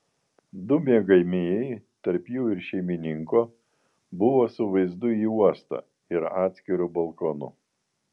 du miegamieji tarp jų ir šeimininko buvo su vaizdu į uostą ir atskiru balkonu